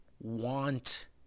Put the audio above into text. want